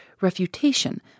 refutation